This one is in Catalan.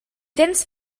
tens